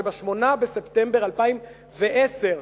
שב-8 בספטמבר 2010,